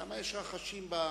כל הכבוד.